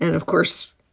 and of course,